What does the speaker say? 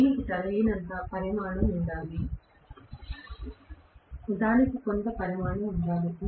దీనికి తగినంత పరిమాణం ఉండాలి దానికి కొంత పరిమాణం ఉండాలి